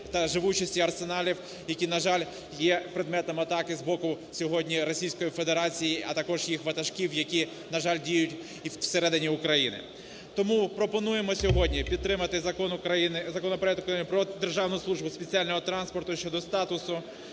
та живучості арсеналів, які, на жаль, є предметом атаки з боку сьогодні Російської Федерації, а також її ватажків, які, на жаль, діють і всередині України. Тому пропонуємо сьогодні підтримати Закон України… законопроект України про Державну службу спеціального транспорту щодо статусу.